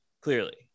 clearly